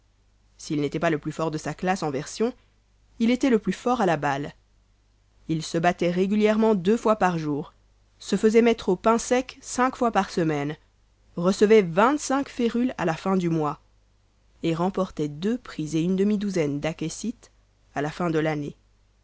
s'il n'était pas le plus fort de sa classe en version il était le plus fort à la balle il se battait régulièrement deux fois par jours se faisait mettre au pain sec cinq fois par semaine recevait vingt-cinq férules à la fin du mois et remportait deux prix et une demi-douzaine d'accessit à la fin de l'année